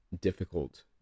difficult